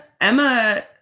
Emma